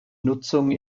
nutzung